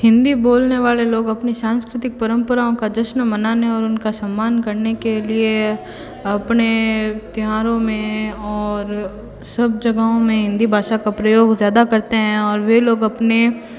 हिंदी बोलने वाले लोग अपनी सांस्कृतिक परंपराओं का जश्न मनाने और उन का सम्मान करने के लिए अपने त्यौहारों में और सब जगाहों में हिंदी भाषा का प्रयोग ज़्यादा करते हैं और वे लोग अपने